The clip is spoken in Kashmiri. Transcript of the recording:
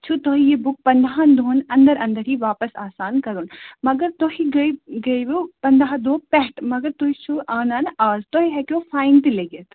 چھُ تہۍ یہِ بُک پَنٛدہَن دُہَن اَنٛدَر اَنٛدَرے واپَس آسان کَرُن مگر تۄہہِ گٔے گٔیوٕ پَنٛداہ دۄہ پٮ۪ٹھ مگر تُہۍ چھِو آنن آز تۄہہِ ہیٚکِو فایِن تہِ لٔگِتھ